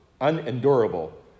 unendurable